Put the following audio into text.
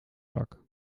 zak